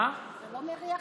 רגע, רגע,